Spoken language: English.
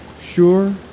sure